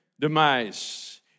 demise